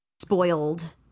spoiled